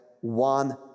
one